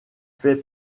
fait